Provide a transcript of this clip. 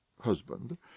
husband